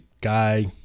Guy